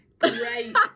Great